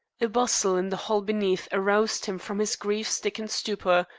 a bustle in the hall beneath aroused him from his grief-stricken stupor,